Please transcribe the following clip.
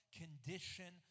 condition